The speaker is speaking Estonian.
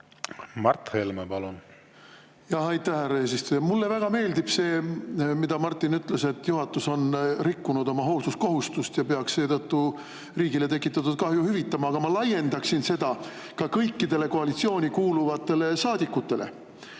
Mart Helme, palun! Aitäh, härra eesistuja! Mulle väga meeldib see, mida Martin ütles, et juhatus on rikkunud oma hoolsuskohustust ja peaks seetõttu riigile tekitatud kahju hüvitama. Aga ma laiendaksin seda ka kõikidele koalitsiooni kuuluvatele saadikutele